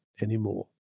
anymore